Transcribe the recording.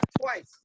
twice